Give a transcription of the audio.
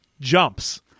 jumps